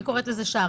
אני קוראת לזה שער.